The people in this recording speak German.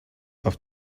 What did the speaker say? auf